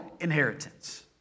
inheritance